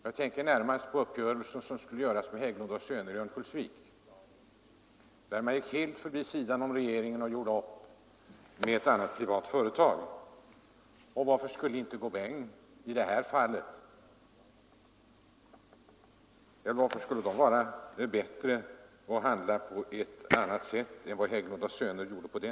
Jag tänker närmast på den uppgörelse som skulle träffas med Hägglund & Söner i Örnsköldsvik, där man gick helt vid sidan av regeringen och gjorde upp med ett annat företag. Varför skulle Saint-Gobain i detta fall vara bättre och handla på ett annat sätt än vad Hägglund & Söner på sin tid gjorde?